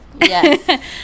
yes